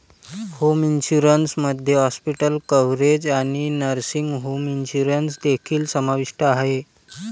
home insurance मध्ये hospital coverage आणि nursing home insurance देखील समाविष्ट आहे